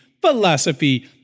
philosophy